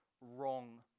wrong